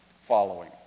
following